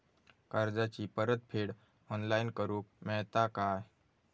कर्जाची परत फेड ऑनलाइन करूक मेलता काय?